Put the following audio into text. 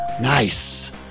nice